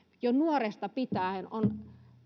jo nuoresta pitäen on